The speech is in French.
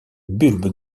bulbe